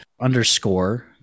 underscore